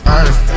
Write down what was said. earth